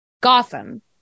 Gotham